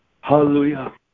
Hallelujah